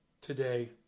today